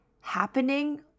happening